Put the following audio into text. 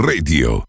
Radio